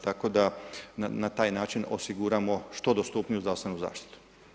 Tako da na taj način osiguramo što dostupniju zdravstvenu zaštitu.